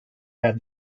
had